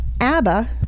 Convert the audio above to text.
ABBA